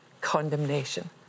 condemnation